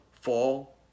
fall